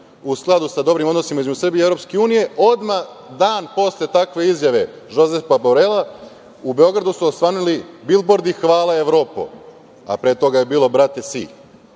u skladu sa dobrim odnosima između Srbije i EU, odmah dan posle takve izjave Žozefa Borela, u Beogradu su osvanuli bilbordi – hvala Evropo, a pre toga je bilo – brate Si.